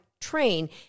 train